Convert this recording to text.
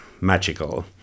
magical